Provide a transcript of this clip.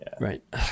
Right